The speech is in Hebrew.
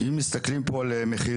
אם מסתכלים פה על מחירים,